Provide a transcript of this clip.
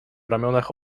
ramionach